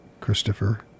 Christopher